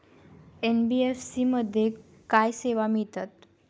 NBFC मध्ये काय सेवा मिळतात?